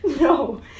no